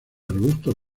arbustos